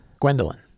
Gwendolyn